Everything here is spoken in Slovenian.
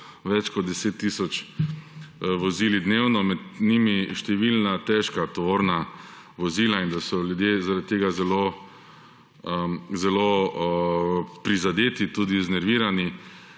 več kot 10 tisoč vozili dnevno. Med njimi številna težka tovorna vozila in da so ljudje zaradi tega zelo prizadete, tudi znervirani.